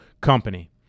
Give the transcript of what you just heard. Company